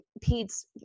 Pete's